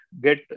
get